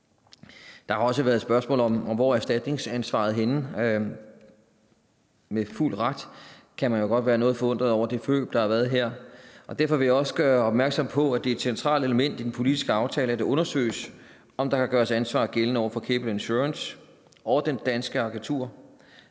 Der har også været spørgsmål om, hvor erstatningsansvaret er henne. Og med fuld ret kan man jo godt være noget forundret over det forløb, der har været her. Derfor vil jeg også gøre opmærksom på, at det er et centralt element i den politiske aftale, at det undersøges, om der kan gøres ansvar gældende over for Gable Insurance AG og det danske agentur,